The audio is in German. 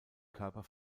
körper